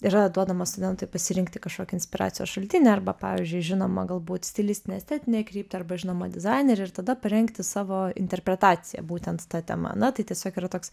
yra duodama studentui pasirinkti kažkokį inspiracijos šaltinį arba pavyzdžiui žinomą galbūt stilistinę estetinę kryptį arba žinomą dizainerį ir tada parengti savo interpretaciją būtent ta tema na tai tiesiog yra toks